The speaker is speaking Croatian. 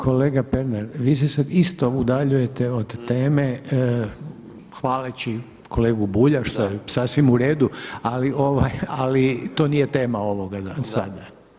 Kolega Pernar vi se sad isto udaljujete od teme hvaleći kolegu Bulja što je sasvim uredu, ali to nije tama ovoga sada.